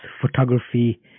photography